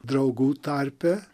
draugų tarpe